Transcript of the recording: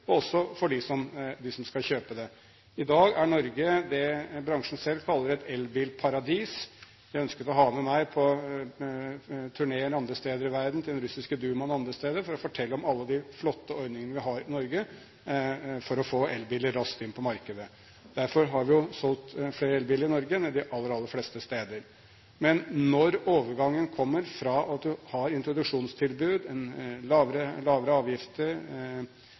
og for dem som skal kjøpe dem. I dag er Norge det bransjen selv kaller et elbilparadis. De har ønsket å ha med meg på turné eller andre steder i verden, til den russiske Dumaen og andre steder, for å fortelle om alle de flotte ordningene vi har i Norge for å få elbiler raskt inn på markedet. Derfor har vi solgt flere elbiler i Norge enn de aller, aller fleste steder. Når overgangen kommer fra at man har introduksjonstilbud, lavere avgifter,